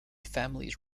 families